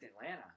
Atlanta